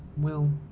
will.